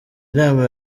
nama